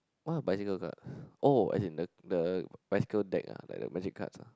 what a bicycle card oh as in the the bicycle deck ah like the bicycle cards ah